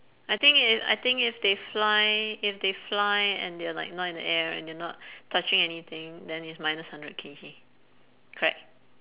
I think if I think if they fly if they fly and they're like not in the air and they're not touching anything then it's minus hundred k g correct